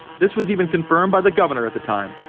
this was even confirmed by the governor at the time,